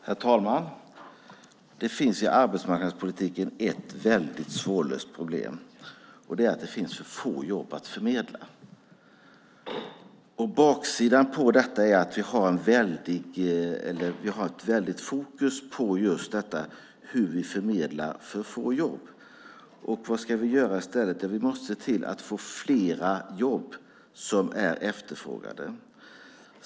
Herr talman! Det finns i arbetsmarknadspolitiken ett väldigt svårlöst problem, och det är att det finns för få jobb att förmedla. Baksidan av detta är att vi har ett väldigt fokus på just detta, alltså hur vi ska förmedla för få jobb. Vad ska vi göra i stället? Jo, vi måste se till att få fler jobb som är efterfrågade.